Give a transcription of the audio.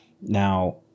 now